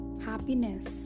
Happiness